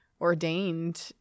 ordained